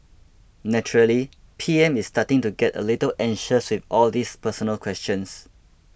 naturally P M is starting to get a little anxious with all these personal questions